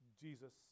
Jesus